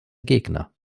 gegner